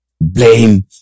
blame